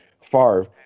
Favre